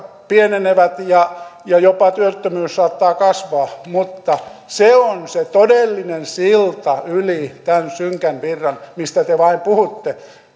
pienenevät ja jopa työttömyys saattaa kasvaa mutta se on se todellinen silta yli tämän synkän virran mistä te te vain puhutte